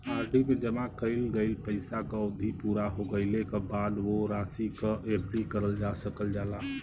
RD में जमा कइल गइल पइसा क अवधि पूरा हो गइले क बाद वो राशि क एफ.डी करल जा सकल जाला